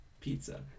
pizza